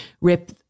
rip